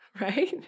Right